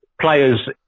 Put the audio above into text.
players